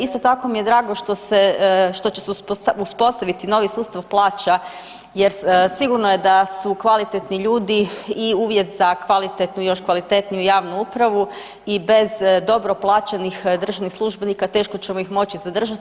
Isto tako mi je drago što će se uspostaviti novi sustav plaća, jer sigurno je da su kvalitetni ljudi i uvjet za kvalitetnu i još kvalitetniju javnu upravu i bez dobro plaćenih državnih službenika teško ćemo ih moći zadržati.